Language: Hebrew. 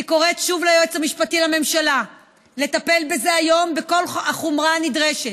אני קוראת שוב ליועץ המשפטי לממשלה לטפל בזה היום בכל החומרה הנדרשת.